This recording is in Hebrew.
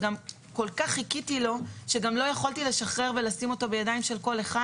כל כך חיכיתי לו שגם לא יכולתי לשחרר ולשים אותו בידיים של כל אחד